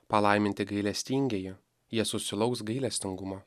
palaiminti gailestingieji jie susilauks gailestingumo